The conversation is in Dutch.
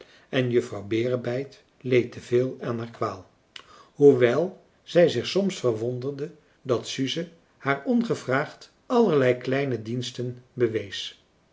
en juffrouw berebijt leed te veel aan haar kwaal hoefrançois haverschmidt familie en kennissen wel zij zich soms verwonderde dat suze haar ongevraagd allerlei kleine diensten bewees